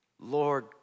Lord